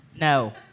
No